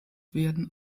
werden